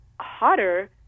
hotter